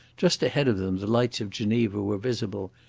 just ahead of them the lights of geneva were visible,